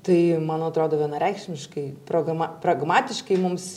tai man atrodo vienareikšmiškai pragma pragmatiškai mums